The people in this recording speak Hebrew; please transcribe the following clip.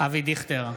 אבי דיכטר,